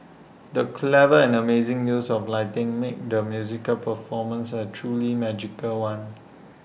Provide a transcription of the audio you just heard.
the clever and amazing use of lighting made the musical performance A truly magical one